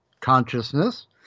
consciousness